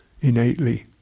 innately